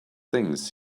things